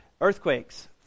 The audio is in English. earthquakes